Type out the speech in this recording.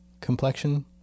Complexion